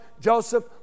Joseph